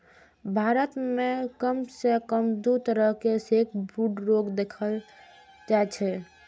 भारत मे कम सं कम दू तरहक सैकब्रूड रोग देखल जाइ छै